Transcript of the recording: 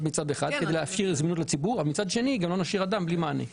אבל מצד שני גם לא נשאיר אדם בלי מענה.